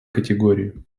категории